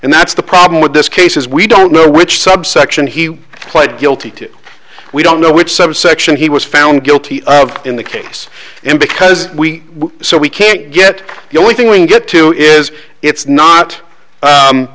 and that's the problem with this case is we don't know which subsection he pled guilty to we don't know which subsection he was found guilty of in the case and because we so we can't get the only thing we can get to is it's not